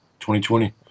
2020